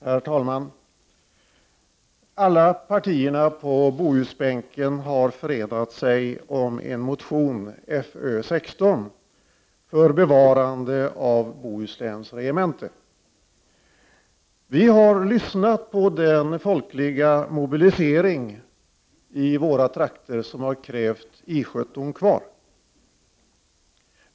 Herr talman! Alla partierna på Bohusbänken har förenats sig om en motion, Föl6, för bevarande av Bohusläns regemente. Vi har lyssnat på den folkliga mobilisering i våra trakter som har krävt I 17 kvar.